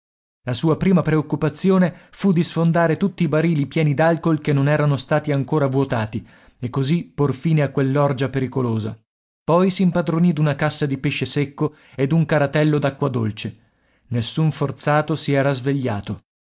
la sua prima preoccupazione fu di sfondare tutti i barili pieni d'alcool che non erano stati ancora vuotati e così por fine a quell'orgia pericolosa poi s'impadronì d'una cassa di pesce secco e di un caratello d'acqua dolce nessun forzato si era svegliato